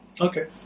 Okay